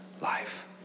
life